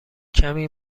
کمی